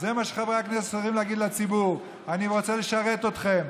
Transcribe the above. זה מה שחברי הכנסת צריכים להגיד לציבור: אני רוצה לשרת אתכם,